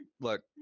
look